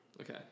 Okay